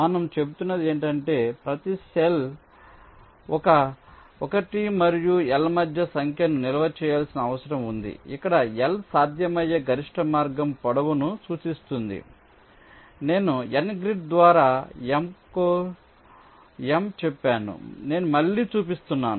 మనం చెబుతున్నది ఏమిటంటే ప్రతి సెల్ 1 మరియు L మధ్య సంఖ్యను నిల్వ చేయాల్సిన అవసరం ఉంది ఇక్కడ L సాధ్యమయ్యే గరిష్ట మార్గం పొడవును సూచిస్తుంది కాబట్టి నేను N గ్రిడ్ ద్వారా M కో చెప్పాను నేను మళ్ళీ చూపిస్తున్నాను